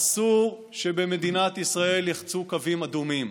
אסור שבמדינת ישראל ייחצו קווים אדומים.